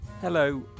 Hello